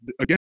again